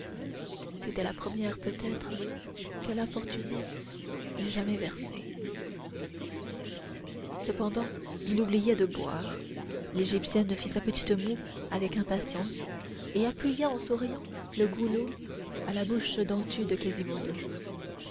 c'était la première peut-être que l'infortuné eût jamais versée cependant il oubliait de boire l'égyptienne fit sa petite moue avec impatience et appuya en souriant le goulot à la bouche dentue de quasimodo